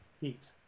heat